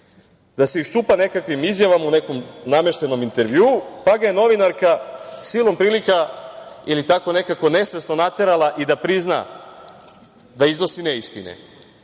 da se iščupa nekakvim izjavama o nekom nameštenom intervjuu, pa ga je novinarka silom prilika, ili tako nekako, nesvesno naterala i da prizna da iznosi neistine. Naime,